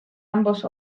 ambos